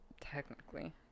technically